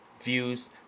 Views